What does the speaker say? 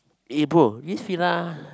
eh bro this Fila